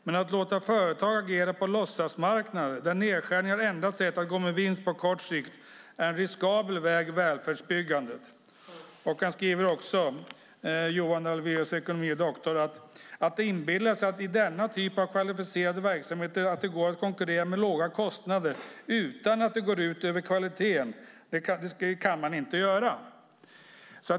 Men att låta företag agera på låtsasmarknader, där nedskärningar är det enda sättet att gå med vinst på kort sikt, är en riskabel väg i välfärdsbyggandet." Han skriver också: "Att inbilla sig att det i denna typ av kvalificerade verksamheter går att konkurrera med låga kostnader utan att det går ut över kvaliteten ska man inte göra."